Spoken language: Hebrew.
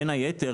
בין היתר,